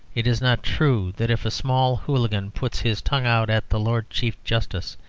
it is not true that if a small hooligan puts his tongue out at the lord chief justice,